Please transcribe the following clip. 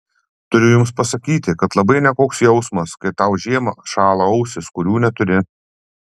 turiu jums pasakyti kad labai nekoks jausmas kai tau žiemą šąla ausys kurių neturi